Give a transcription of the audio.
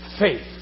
faith